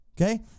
Okay